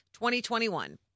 2021